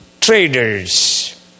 traders